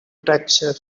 texture